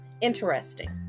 Interesting